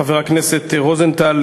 חבר הכנסת רוזנטל,